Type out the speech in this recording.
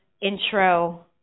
intro